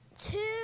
two